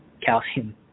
calcium